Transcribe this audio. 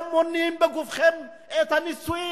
אתם מונעים בגופכם את הנישואין,